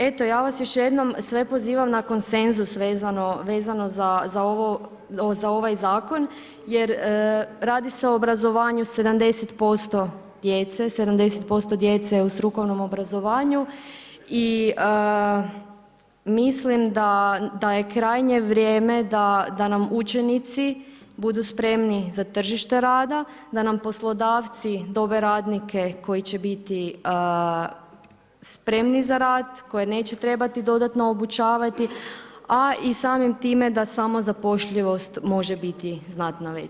Eto ja vas još jednom sve pozivam na konsenzus vezano za ovaj zakon je radi se o obrazovanju 70% djece, 70% djece u strukovnom obrazovanju i mislim da je krajnje vrijeme da nam učenici budu spremni za tržište rada, da nam poslodavci dobe radnike koji će biti spremni za rad, koje neće trebati dodatno obučavati, a i samim time da samozapošljivost može biti znatno veće.